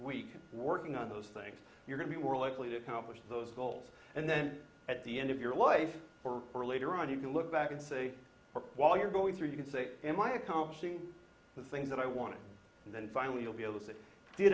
week working on those things you're going to be more likely to accomplish those goals and then at the end of your life or later on you can look back and say while you're going through you can say in my accomplishing the same that i want to and then finally you'll be able to s